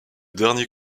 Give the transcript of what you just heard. dernier